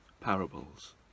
parables